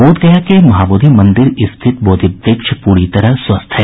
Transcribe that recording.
बोधगया के महाबोधि मंदिर रिथत बोधिवृक्ष पूरी तरह स्वस्थ है